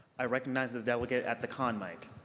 i recognize the delegate at the con mic.